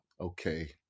okay